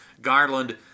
Garland